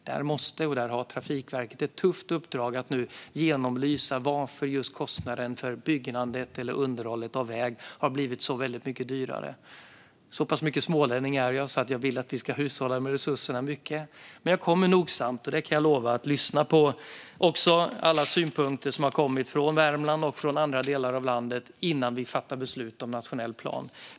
Där har Trafikverket ett tufft uppdrag att genomlysa varför just kostnaden för byggandet eller underhållet av väg har blivit så mycket dyrare. Så pass mycket smålänning är jag så att jag vill att vi ska hushålla med resurserna. Men jag kan lova att jag ska lyssna på alla synpunkter som har kommit från Värmland och från andra delar av landet innan vi fattar beslut om nationell plan.